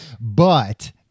but-